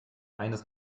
eines